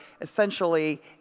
essentially